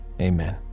amen